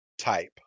type